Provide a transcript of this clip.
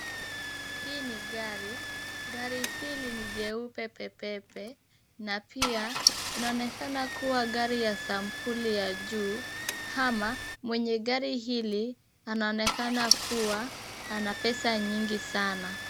Hii ni gari. Gari hili ni jeupe pepepe, na pia, inaonekana kuwa gari ya sampuli ya juu, ama mwenye gari hili anaonekana kuwa ana pesa nyingi sana.